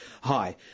hi